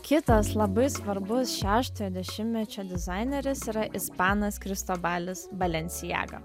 kitas labai svarbus šeštojo dešimtmečio dizaineris yra ispanas kristobalis balenciaga